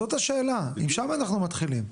זאת השאלה, משם אנחנו מתחילים.